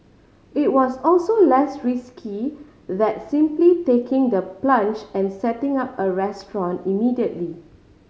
it was also less risky than simply taking the plunge and setting up a restaurant immediately